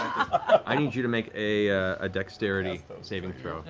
i need you to make a ah dexterity saving throw.